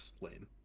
lane